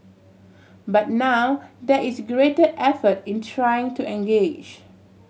but now there is greater effort in trying to engage